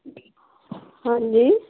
ਹਾਂਜੀ